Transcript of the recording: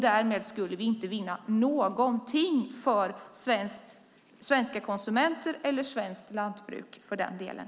Därmed skulle vi inte vinna någonting för svenska konsumenter eller för den delen svenskt lantbruk.